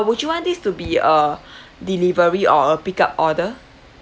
would you want this to be uh delivery or a pick up order